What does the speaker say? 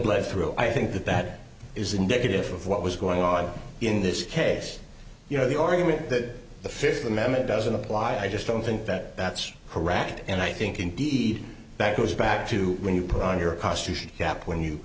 bled through i think that that is indicative of what was going on in this case yes you know the argument that the fifth amendment doesn't apply i just don't think that that's correct and i think indeed that goes back to when you pull on your cost you should have when you